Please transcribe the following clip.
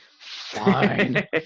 Fine